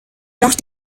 noch